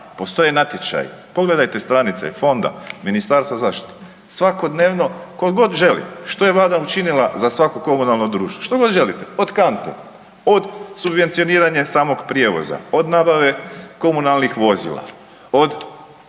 Postoje natječaji, pogledajte stranice i fonda, Ministarstva zaštite svakodnevno ko god želi, što je vlada učinila za svako komunalno društvo što god želite od kante, od subvencioniranja samog prijevoza, od nabave komunalnih vozila, od